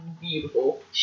Beautiful